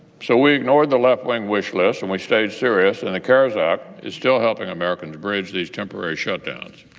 so we ignored the left-wing wish list, and we stayed serious, and the cares act is still helping americans bridge these temporary shutdowns.